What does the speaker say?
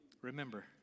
Remember